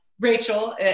Rachel